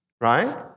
Right